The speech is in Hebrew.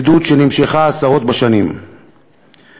חבר מועצת גדולי התורה,